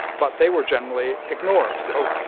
but they were generally ignored. oh,